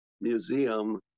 museum